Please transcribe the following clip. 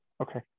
okay